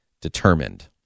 determined